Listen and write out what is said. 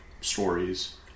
stories